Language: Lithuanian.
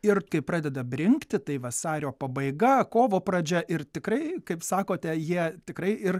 ir kai pradeda brinkti tai vasario pabaiga kovo pradžia ir tikrai kaip sakote jie tikrai ir